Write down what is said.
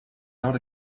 not